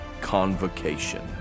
Convocation